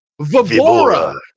vibora